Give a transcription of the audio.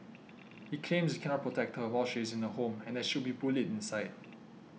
he claims he cannot protect her while she is in the home and that she would be bullied inside